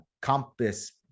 compass